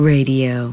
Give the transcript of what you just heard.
Radio